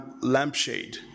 lampshade